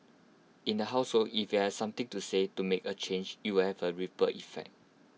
in the household if you have something to say to make A change you will have A ripple effect